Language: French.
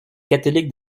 catholiques